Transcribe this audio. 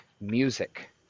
music